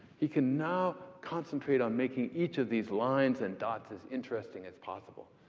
he can now concentrate on making each of these lines and dots as interesting as possible,